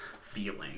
feeling